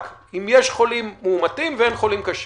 אם יש חולים מאומתים ואין חולים קשים?